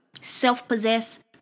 self-possessed